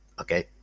okay